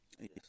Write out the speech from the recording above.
Yes